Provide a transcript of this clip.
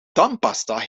tandpasta